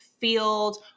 field